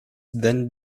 then